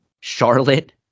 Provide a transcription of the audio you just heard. Charlotte